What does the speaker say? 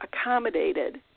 accommodated